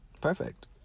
perfect